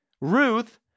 Ruth